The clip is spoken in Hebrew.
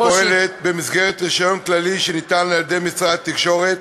פועלת במסגרת רישיון כללי שניתן לה על-ידי משרד התקשורת,